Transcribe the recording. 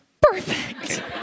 Perfect